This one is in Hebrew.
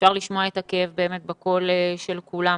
ואפשר לשמוע את הכאב באמת בקול של כולם.